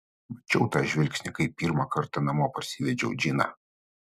mačiau tą žvilgsnį kai pirmą kartą namo parsivedžiau džiną